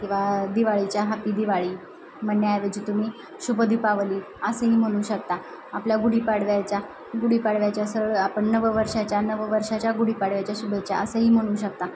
किंवा दिवाळीच्या हॅपी दिवाळी म्हणण्याऐवजी तुम्ही शुभ दीपावली असंही म्हणू शकता आपल्या गुढीपाडव्याच्या गुढीपाडव्याच्या सळ आपण नव वर्षाच्या नव वर्षाच्या गुढीपाडव्याच्या शुभेच्छा असंही म्हणू शकता